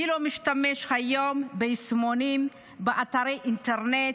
מי לא משתמש היום ביישומונים, באתרי אינטרנט?